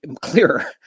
clearer